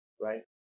right